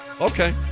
Okay